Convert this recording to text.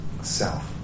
self